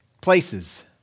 places